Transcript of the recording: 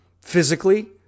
Physically